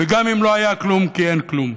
גם אם לא היה כלום כי אין כלום.